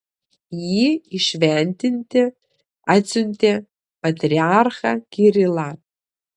jį įšventinti atsiuntė patriarchą kirilą